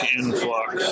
influx